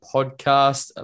Podcast